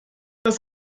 das